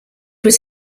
was